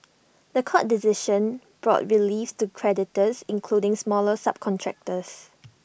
The Court decision brought relief to creditors including smaller subcontractors